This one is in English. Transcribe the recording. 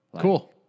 Cool